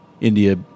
India